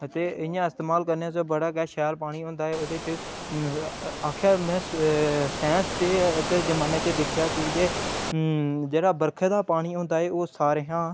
ते इ'यां इस्तेमाल करने आस्तै बड़ा गै शैल पानी होंदा ऐ ओह्दे च आक्खेआ में साईंस दे जमाने च दिक्खेआ की जे जेह्ड़ा बरखा दा पानी होंदा ऐ ओह् सारें शा